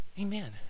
Amen